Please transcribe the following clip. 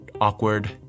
awkward